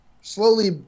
slowly